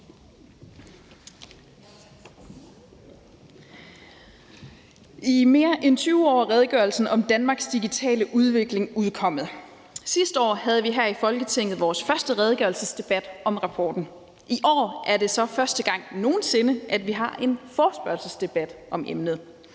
I mere end 20 år er redegørelsen om Danmarks digitale udvikling udkommet. Sidste år havde vi her i Folketinget vores første redegørelsesdebat om rapporten. I år er det så første gang nogen sinde, at vi har en forespørgselsdebat om emnet.